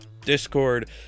Discord